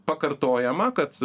pakartojama kad